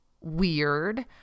weird